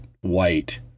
white